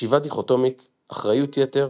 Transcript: חשיבה דיכוטומית, אחריות יתר,